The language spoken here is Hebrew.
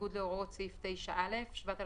בניגוד להוראות סעיף 9(א); ב-(1א)